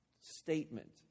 statement